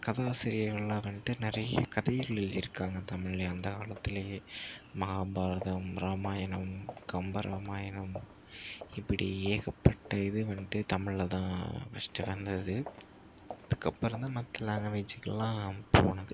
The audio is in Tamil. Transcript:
கதை ஆசிரியர்கள்லாம் வந்துட்டு நிறைய கதைகள் எழுதிருக்காங்கள் தமிழ்லே அந்த காலத்திலயே மகாபாரதம் ராமாயணம் கம்பராமாயணம் இப்படி ஏகப்பட்ட இது வந்துட்டு தமிழ்லதான் ஃபஸ்ட்டு வந்தது அதுக்கப்புறம் தான் மற்ற லாங்குவேஜுக்குலாம் போனது